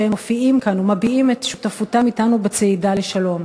שהם מופיעים כאן ומביעים את שותפותם אתנו בצעידה לשלום.